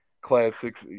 classics